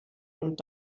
und